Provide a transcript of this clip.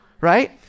right